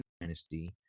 dynasty